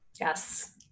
Yes